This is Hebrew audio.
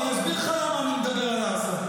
לא, אסביר לך למה אני מדבר על עזה.